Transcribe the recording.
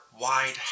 wide